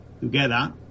together